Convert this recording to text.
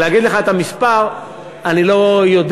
להגיד לך את המספר אני לא יודע,